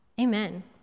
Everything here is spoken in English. Amen